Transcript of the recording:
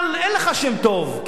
אבל אין לך שם טוב,